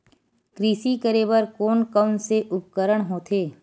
कृषि करेबर कोन कौन से उपकरण होथे?